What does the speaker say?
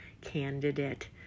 candidate